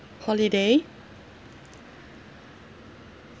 holiday